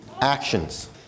actions